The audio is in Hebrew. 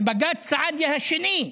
בבג"ץ סעדיה השני,